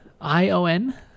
i-o-n